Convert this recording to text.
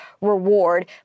reward